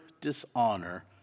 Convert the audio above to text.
dishonor